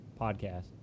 podcast